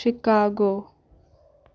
Chicago